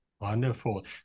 Wonderful